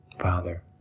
Father